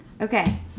Okay